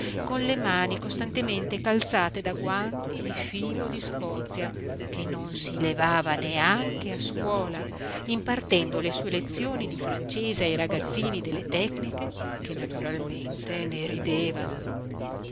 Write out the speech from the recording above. con le mani costantemente calzate da guanti di filo di scozia che non si levava neanche a scuola impartendo le sue lezioni di francese ai ragazzini delle tecniche che naturalmente ne ridevano